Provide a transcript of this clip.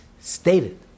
stated